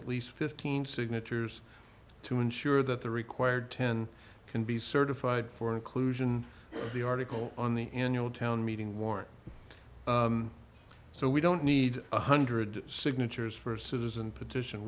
at least fifteen signatures to ensure that the required ten can be certified for inclusion in the article on the annual town meeting warrant so we don't need one hundred signatures for a citizen petition